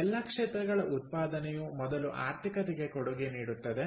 ಎಲ್ಲಾ ಕ್ಷೇತ್ರಗಳ ಉತ್ಪಾದನೆಯು ಮೊದಲು ಆರ್ಥಿಕತೆಗೆ ಕೊಡುಗೆ ನೀಡುತ್ತದೆ